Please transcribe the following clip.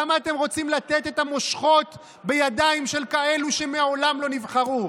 למה אתם רוצים לתת את המושכות בידיים של כאלו שמעולם לא נבחרו?